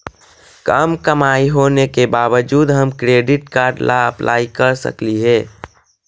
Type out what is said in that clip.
कम कमाई होने के बाबजूद हम क्रेडिट कार्ड ला अप्लाई कर सकली हे?